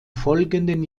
folgenden